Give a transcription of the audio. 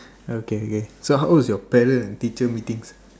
okay okay so how was your parent and teacher meetings